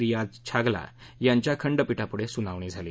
रियाझ छागला यांच्या खंडपीठापुढे सुनावणी झाली